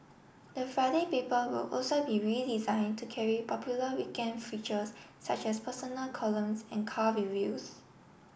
the Friday paper will also be redesign to carry popular weekend features such as personal columns and car reviews